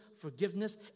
forgiveness